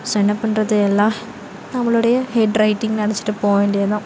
so என்ன பண்றது எல்லாம் நம்மளோடைய ஹெட் ரைட்டிங் நினச்சிட்டு போக வேண்டியது தான்